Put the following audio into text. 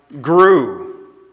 grew